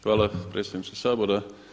Hvala predsjedniče Sabora.